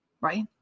right